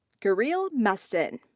kirill meston.